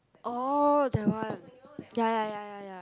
oh that one ya ya ya ya